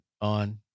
on